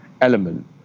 element